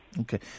Okay